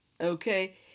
okay